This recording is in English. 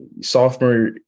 sophomore